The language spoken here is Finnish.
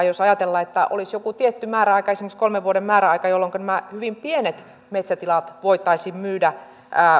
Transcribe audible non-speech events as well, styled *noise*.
*unintelligible* jos ajatellaan että olisi joku tietty määräaika esimerkiksi kolmen vuoden määräaika jolloinka nämä hyvin pienet metsätilat voitaisiin myydä